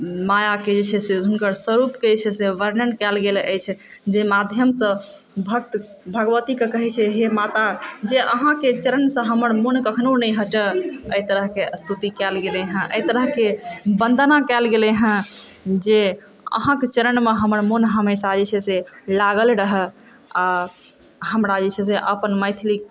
मायाके जे छै से हुनकर स्वरुपके जे छै से वर्णन कयल गेल अछि जाहि माध्यमसँ भक्त भगवतीकेँ कहै छै हे माता जे अहाँकेँ चरणसँ हमर मोन कखनो नहि हटैए एहि तरहकेँ स्तुति कयल गेलै हँ अहि तरहकेँ वन्दना कयल गेलै हँ जे अहाँके चरणमे हमर मोन जे छै से हमेशा जे छै से लागल रहै आओर हमरा जे छै से अपन मैथिली